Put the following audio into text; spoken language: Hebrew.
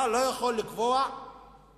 אתה לא יכול לקבוע שסיעה